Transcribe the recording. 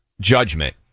judgment